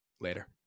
Later